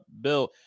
Bill